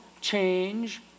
change